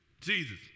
Jesus